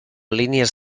línies